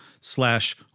slash